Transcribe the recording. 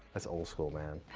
that's old school man.